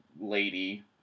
lady